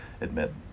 admit